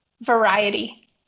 variety